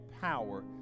power